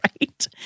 right